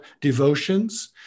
devotions